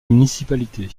municipalité